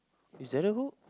is there a goat